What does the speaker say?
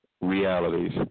realities